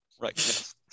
Right